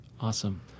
Awesome